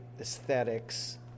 aesthetics